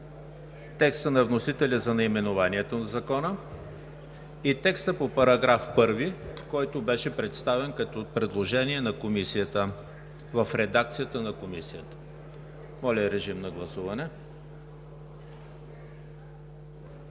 текста на вносителя за наименованието на Закона и текста по § 1, който беше представен като предложение на Комисията, в редакцията на Комисията. Гласували